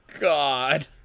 god